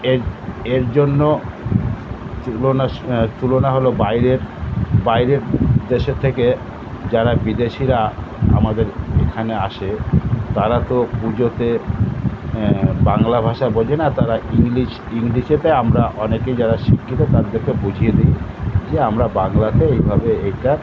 এর এর জন্য তুলনা তুলনা হল বাইরের বাইরের দেশের থেকে যারা বিদেশিরা আমাদের এখানে আসে তারা তো পুজোতে বাংলা ভাষা বোঝে না তারা ইংলিশ ইংলিশে আমরা অনেকেই যারা শিক্ষিত তাদেরকে বুঝিয়ে দিই যে আমরা বাংলাতে এইভাবে এটা